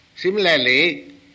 Similarly